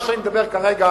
מה שאני מדבר כרגע